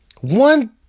One